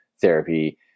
therapy